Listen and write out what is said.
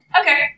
Okay